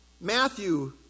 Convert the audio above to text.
Matthew